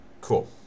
Cool